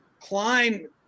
Klein